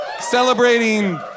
Celebrating